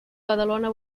badalona